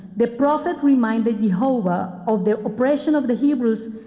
the prophet reminded jehovah of the operation of the hebrews